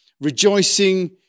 rejoicing